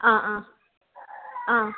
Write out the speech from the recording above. ആ ആ ആ